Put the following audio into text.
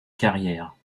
carrière